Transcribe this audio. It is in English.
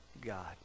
God